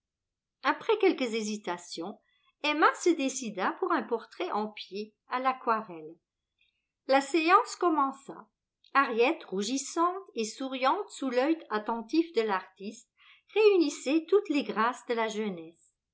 après quelques hésitations emma se décida pour un portrait en pied à l'aquarelle la séance commença harriet rougissante et souriante sous l'œil attentif de l'artiste réunissait toutes les grâces de la jeunesse